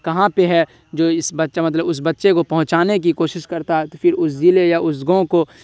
کہاں پہ ہے جو اس بچہ مطلب اس بچے کو پہنچانے کی کوشش کرتا ہے تو پھر اس ضلعے یا اس گاؤں کو